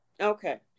Okay